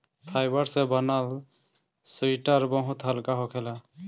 fibre से बनल sweater बहुत हल्का होखेला